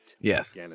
Yes